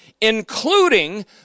including